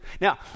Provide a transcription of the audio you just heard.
now